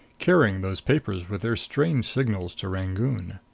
carrying those papers with their strange signals to rangoon.